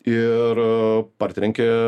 ir partrenkė